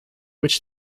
which